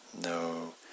No